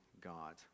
god